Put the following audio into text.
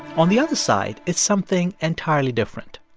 on the other side is something entirely different.